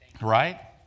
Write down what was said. Right